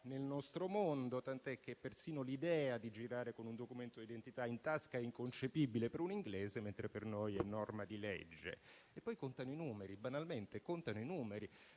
nel nostro mondo, tant'è che persino l'idea di girare con un documento di identità in tasca è inconcepibile per un inglese, mentre per noi è norma di legge. Poi banalmente contano i numeri.